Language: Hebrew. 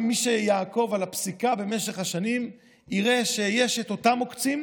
מי שיעקוב אחרי הפסיקה במשך השנים יראה שיש את אותם עוקצים,